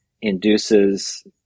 induces